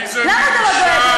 למה אתה לא דואג להם?